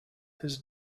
his